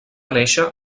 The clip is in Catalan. néixer